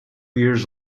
years